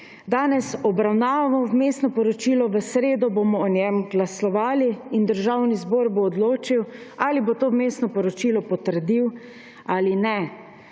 Danes obravnavamo vmesno poročilo, v sredo bomo o njem glasovali in Državni zbor bo odločil, ali bo to vmesno poročilo potrdil ali ne.